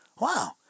Wow